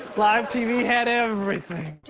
live tv had everything.